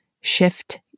shift